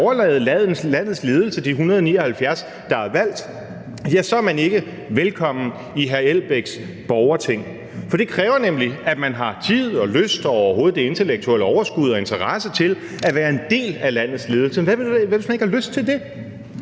faktisk overlade landets ledelse til de 179, der er valgt – ja, så er man ikke velkommen i hr. Elbæks borgerting. For det kræver nemlig, at man har tid og lyst og overhovedet det intellektuelle overskud og interessen til at være en del af lands ledelse. Men hvad nu, hvis man ikke har lyst til det?